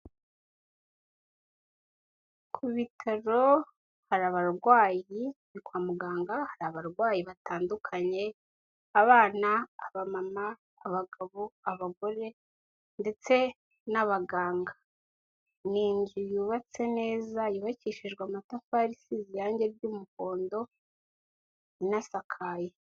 Ku Bitaro hari abarwayi, ni kwa muganga hari abarwayi batandukanye, abana, abamama, abagabo, abagore ndetse n'abaganga. Ni inzu yubatse neza yubakishijwe amatafari isize irangi ry'umuhondo inasakaye.